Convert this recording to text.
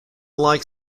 like